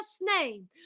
name